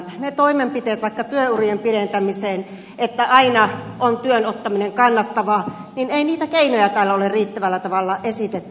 niitä toimenpiteitä keinoja vaikkapa työurien pidentämiseen että aina on työn ottaminen kannattavaa ei täällä ole riittävällä tavalla esitetty